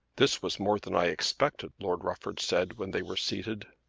this was more than i expected, lord rufford said when they were seated.